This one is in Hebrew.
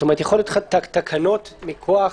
זאת אומרת, יכולות להיות תקנות מכוח